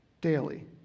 daily